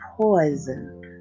poison